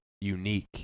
unique